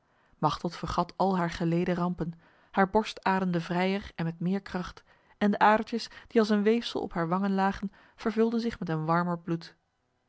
machteld vergat al haar geleden rampen haar borst ademde vrijer en met meer kracht en de adertjes die als een weefsel op haar wangen lagen vervulden zich met een warmer bloed